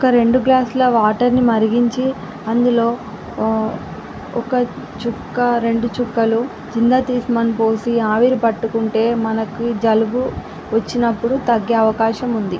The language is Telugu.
ఒక రెండు గ్లాసుల వాటర్ని మరిగించి అందులో ఒక చుక్కా రెండు చుక్కలు జిందా తిలిస్మాన్ పోసి ఆవిరి పట్టుకుంటే మనకు జలుబు వచ్చినప్పుడు తగ్గే అవాకాశం ఉంది